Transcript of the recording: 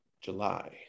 July